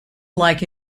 like